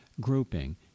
grouping